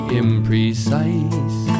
imprecise